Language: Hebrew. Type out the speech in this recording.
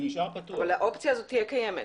האופציה הזאת תהיה קיימת.